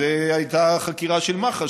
כי זו הייתה חקירה של מח"ש,